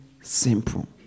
simple